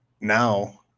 now